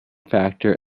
factor